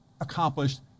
accomplished